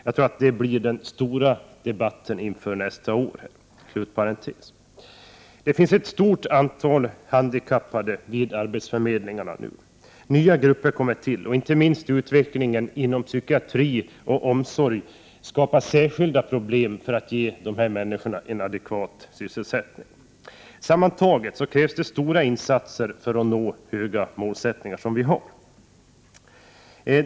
Jag tror att det blir den stora debatten nästa år. Det finns nu ett stort antal handikappade vid arbetsförmedlingarna. Nya grupper kommer till. Inte minst utvecklingen inom psykiatri och omsorg skapar särskilda problem när det gäller att ge de människor som tidigare tagits om hand inom de delarna av vården adekvat sysselsättning. Sammantaget krävs det stora insatser för att nå de höga målsättningar vi har.